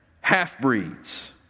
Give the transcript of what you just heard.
half-breeds